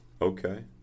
Okay